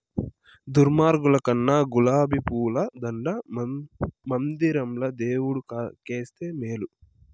దుర్మార్గుల కన్నా గులాబీ పూల దండ మందిరంల దేవుడు కేస్తే మేలు